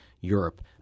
Europe